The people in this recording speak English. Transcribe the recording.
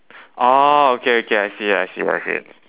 oh okay okay I see it I see it I see it